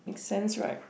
make sense right